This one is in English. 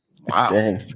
Wow